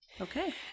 Okay